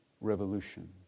revolution